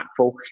impactful